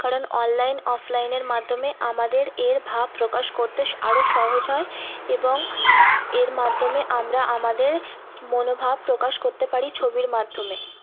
কারণ অনলাইন অফলাইনের মাধ্যমে আমাদের এর ভাব প্রকাশ করতে আরও সহজ হয় এবং এর মাধ্যমে আমরা আমাদের মনোভাব প্রকাশ করতে পারি ছবির মাধ্যমে